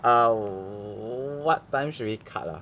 ah what time should we cut ah